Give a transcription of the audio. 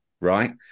right